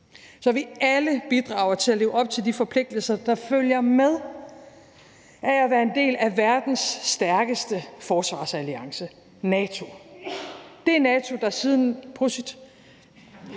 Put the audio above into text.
så vi alle bidrager til at leve op til de forpligtelser, der følger med af at være en del af verdens stærkeste forsvarsalliance, NATO – det NATO, der siden